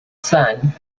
son